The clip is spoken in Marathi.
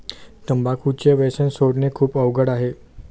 तंबाखूचे व्यसन सोडणे खूप अवघड आहे